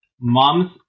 Moms